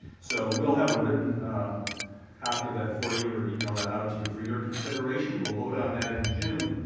so we'll have a written copy of that for you or e-mail that out to you for your consideration. we'll vote on that in june.